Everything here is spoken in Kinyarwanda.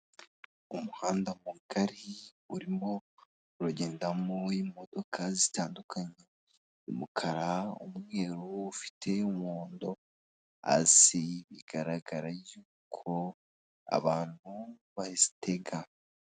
Umuhanda mugari urimo uragendamo imodoka zitandukanye, umukara, umweru ufite umuhondo hasi bigaragara y'uko abantu bazitega.